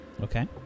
Okay